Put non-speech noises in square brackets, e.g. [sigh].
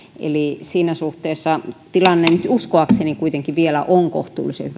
eli siinä suhteessa tilanne nyt uskoakseni kuitenkin vielä on kohtuullisen [unintelligible]